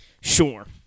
Sure